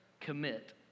commit